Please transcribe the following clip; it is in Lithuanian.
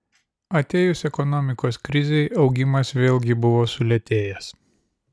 atėjus ekonomikos krizei augimas vėlgi buvo sulėtėjęs